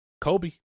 Kobe